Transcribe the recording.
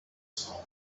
salt